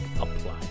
apply